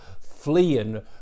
fleeing